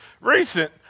recent